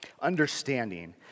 understanding